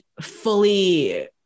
fully